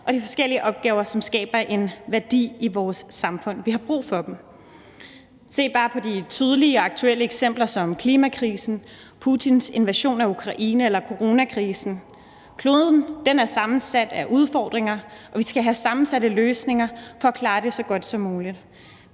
og de forskellige opgaver, som skaber en værdi i vores samfund. Vi har brug for dem. Se bare på de tydelige aktuelle eksempler som klimakrisen, Putins invasion af Ukraine eller coronakrisen. Kloden er sammensat af udfordringer, og vi skal have sammensatte løsninger for at klare det så godt som muligt.